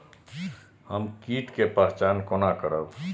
हम कीट के पहचान कोना करब?